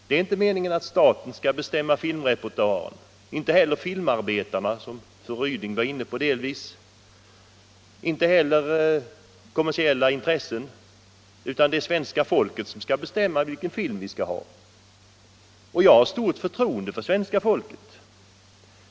Det är inte meningen att staten skall bestämma filmrepertoaren —- inte heller filmarbetarna, som fru Ryding var inne på och inte kommersiella intressen, utan svenska folket skall bestämma vilken film vi skall ha. Jag har stort förtroende för svenska folket.